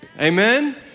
Amen